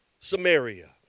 Samaria